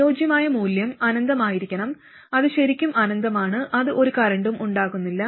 അനുയോജ്യമായ മൂല്യം അനന്തമായിരിക്കണം അത് ശരിക്കും അനന്തമാണ് അത് ഒരു കറന്റും ഉണ്ടാക്കുന്നില്ല